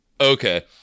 Okay